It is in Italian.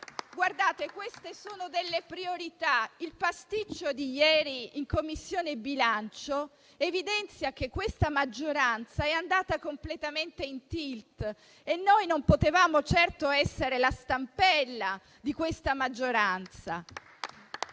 Queste sono delle priorità. Il pasticcio di ieri in Commissione bilancio evidenzia che questa maggioranza è andata completamente in *tilt* e noi non potevamo certo essere la stampella di questa maggioranza